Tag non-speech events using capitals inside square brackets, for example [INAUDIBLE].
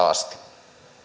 [UNINTELLIGIBLE] asti